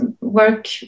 work